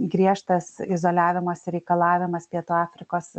griežtas izoliavimas reikalavimas pietų afrikos